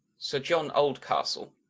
sir john oldcastle